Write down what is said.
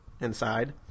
inside